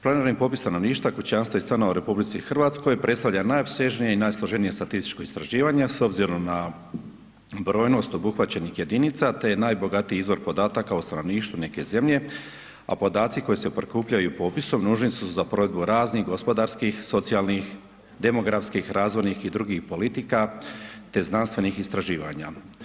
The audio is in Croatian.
Planiranim popisom stanovništva, kućanstva i stanova u RH predstavlja najopsežnije i najsloženije statističko istraživanje, a s obzirom na brojnost obuhvaćenih jedinica te je najbogatiji izvor podataka o stanovništvu neke zemlje, a podaci koji se prikupljaju popisom nužni su za provedbu raznih gospodarskih, socijalnih, demografskih, razvojnih i drugih politika te znanstvenih istraživanja.